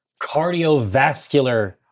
cardiovascular